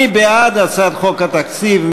מי בעד הצעת חוק התקציב?